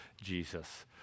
Jesus